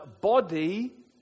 body